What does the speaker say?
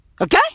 Okay